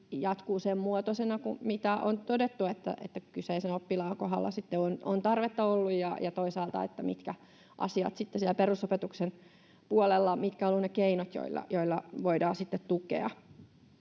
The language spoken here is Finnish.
jatkuu sen muotoisena kuin mitä on todettu, mitä tarvetta kyseisen oppilaan kohdalla on ollut, ja toisaalta, mitkä siellä perusopetuksen puolella ovat olleet ne keinot, joilla voidaan sitten